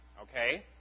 Okay